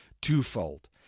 twofold